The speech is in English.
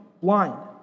blind